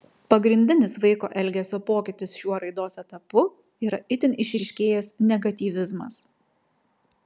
pagrindinis vaiko elgesio pokytis šiuo raidos etapu yra itin išryškėjęs negatyvizmas